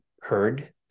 heard